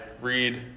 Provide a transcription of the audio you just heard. read